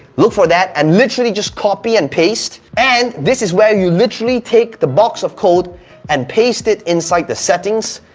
look for that and literally just copy and paste, and this is when you literally take the box of code and paste it inside the settings,